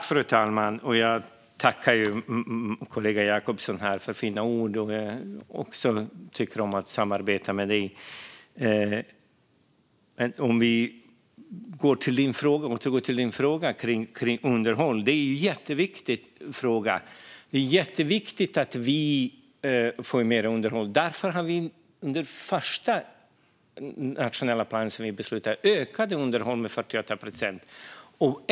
Fru talman! Jag tackar min kollega Jacobsson för fina ord. Jag tycker om att samarbeta med dig också. Jag går till dina frågor om underhåll. Det är en mycket viktig fråga. Det är jätteviktigt att det blir mer underhåll. Därför ökade vi i den första Nationell plan som beslutades underhållet med 48 procent.